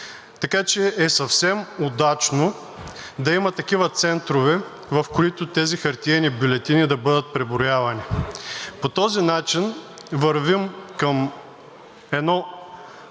Така че е съвсем удачно да има такива центрове, в които тези хартиени бюлетини да бъдат преброявани. По този начин вървим към едно